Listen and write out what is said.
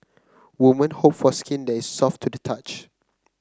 women hope for skin that is soft to the touch